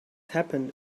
happened